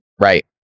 Right